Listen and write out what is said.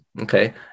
okay